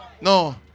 No